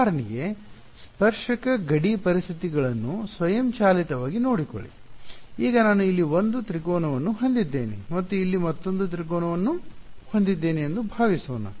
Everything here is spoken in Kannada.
ಉದಾಹರಣೆಗೆ ಸ್ಪರ್ಶಕ ಗಡಿ ಪರಿಸ್ಥಿತಿಗಳನ್ನು ಸ್ವಯಂಚಾಲಿತವಾಗಿ ನೋಡಿಕೊಳ್ಳಿ ಈಗ ನಾನು ಇಲ್ಲಿ 1 ತ್ರಿಕೋನವನ್ನು ಹೊಂದಿದ್ದೇನೆ ಮತ್ತು ಇಲ್ಲಿ ಮತ್ತೊಂದು ತ್ರಿಕೋನವನ್ನು ಹೊಂದಿದ್ದೇನೆ ಎಂದು ಭಾವಿಸೋಣ